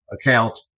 account